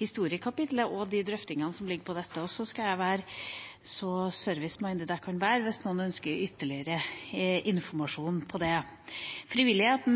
historiekapitlet og de drøftingene som foreligger om dette. Så skal jeg være så serviceminded jeg kan være, hvis noen ønsker ytterligere informasjon om det. Frivilligheten